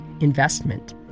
investment